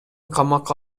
камакка